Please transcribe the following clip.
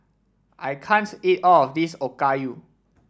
I can't eat all of this Okayu